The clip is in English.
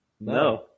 No